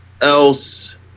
else